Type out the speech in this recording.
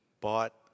bought